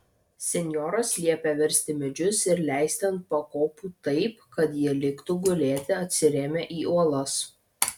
senjoras liepė versti medžius ir leisti ant pakopų taip kad jie liktų gulėti atsirėmę į uolas